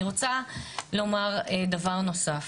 אני רוצה לומר דבר נוסף,